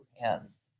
hands